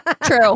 true